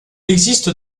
existe